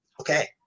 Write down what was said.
okay